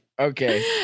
Okay